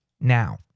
now